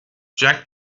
jack